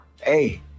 hey